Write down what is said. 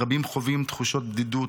רבים חווים תחושות בדידות,